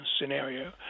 scenario